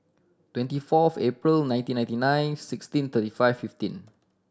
twenty fourth April nineteen ninety nine sixteen thirty five fifteen